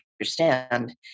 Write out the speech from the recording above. understand